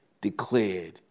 declared